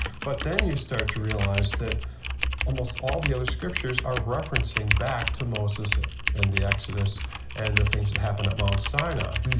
but then you start to realize that almost all the other scriptures are referencing back to moses and the exodus and the things that happened at mount sinai.